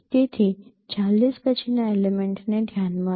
તેથી 40 પછીના એલિમેન્ટને ધ્યાનમાં લો